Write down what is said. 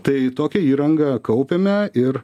tai tokią įrangą kaupiame ir